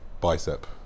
Bicep